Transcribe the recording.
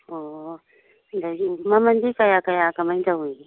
ꯑꯣ ꯑꯗꯒꯤ ꯃꯃꯜꯗꯤ ꯀꯌꯥ ꯀꯌꯥ ꯀꯃꯥꯏ ꯇꯧꯏ